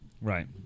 Right